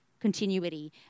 continuity